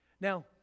Now